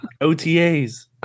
OTAs